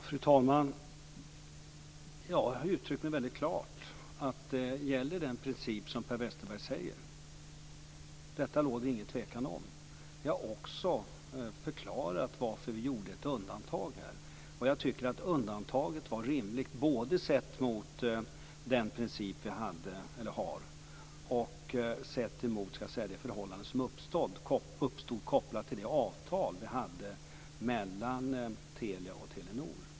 Fru talman! Jag har uttryckt mig väldigt klart. Den princip som Per Westerberg talar om gäller - om detta råder ingen tvekan. Jag har också förklarat varför vi gjorde ett undantag här. Jag tycker att undantaget var rimligt både sett mot bakgrund av den princip vi har och det förhållande som uppstod kopplat till avtalet som fanns mellan Telia och Telenor.